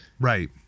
Right